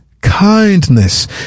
kindness